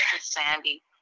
Sandy